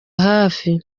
hafi